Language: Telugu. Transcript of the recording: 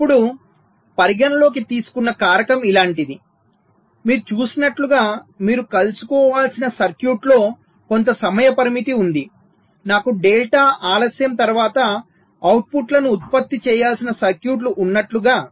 ఇప్పుడు పరిగణనలోకి తీసుకున్న కారకం ఇలాంటిది మీరు చూసినట్లుగా మీరు కలుసుకోవలసిన సర్క్యూట్లో కొంత సమయ పరిమితి ఉంది నాకు డెల్టా ఆలస్యం తర్వాత అవుట్పుట్ను ఉత్పత్తి చేయాల్సిన సర్క్యూట్ ఉన్నట్లుగా